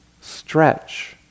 stretch